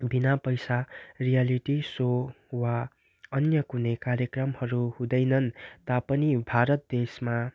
बिनापैसा reality show वा अन्य कुनै कार्यक्रमहरू हुँदैनन् तापनि भारत देशमा